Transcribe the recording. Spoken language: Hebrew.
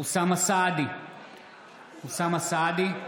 אוסאמה סעדי,